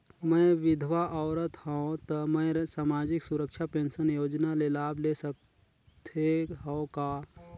मैं विधवा औरत हवं त मै समाजिक सुरक्षा पेंशन योजना ले लाभ ले सकथे हव का?